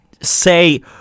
say –